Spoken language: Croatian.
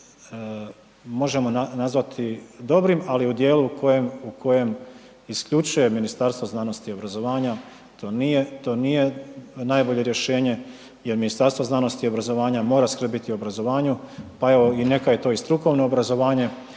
može nazvati dobrim ali u djelu u kojem isključuje Ministarstvo znanosti i obrazovanja, to nije najbolje rješenje jer Ministarstvo znanosti i obrazovanja mora skrbiti o obrazovanju pa evo i neka je to i strukovno obrazovanje